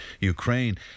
Ukraine